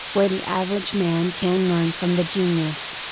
where the average man can learn from the genius.